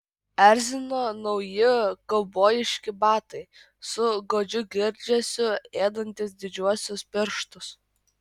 erzino nauji kaubojiški batai su godžiu girgždesiu ėdantys didžiuosius pirštus